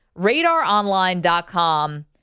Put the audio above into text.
RadarOnline.com